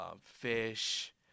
fish